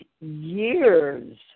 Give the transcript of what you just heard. years